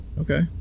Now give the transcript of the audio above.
Okay